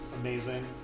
amazing